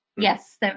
Yes